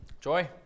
joy